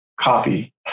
copy